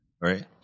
Right